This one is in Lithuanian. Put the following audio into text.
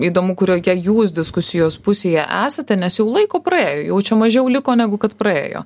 įdomu kurioje jūs diskusijos pusėje esate nes jau laiko praėjo jau čia mažiau liko negu kad praėjo